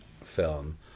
film